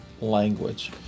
language